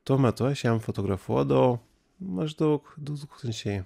tuo metu aš jam fotografuodavau maždaug du tūkstančiai